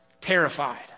terrified